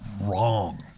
wrong